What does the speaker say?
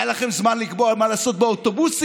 היה לכם זמן לקבוע מה לעשות באוטובוסים,